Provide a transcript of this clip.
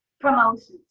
promotions